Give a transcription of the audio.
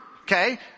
okay